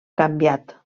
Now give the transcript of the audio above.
canviat